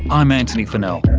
i'm antony funnell.